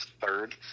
third